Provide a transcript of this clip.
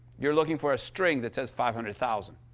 you're looking for a string that says five hundred thousand.